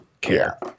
care